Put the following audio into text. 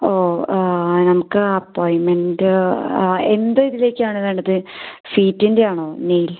ഓ നമുക്ക് അപ്പോയിൻമെൻറ്റ് എന്തിതിലേക്കാണ് വേണ്ടത് ഫീറ്റിൻ്റെയാണോ നെയിൽ